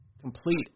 complete